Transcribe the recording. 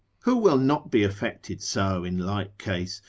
who will not be affected so in like case,